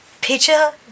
picture